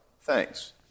Thanks